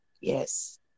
Yes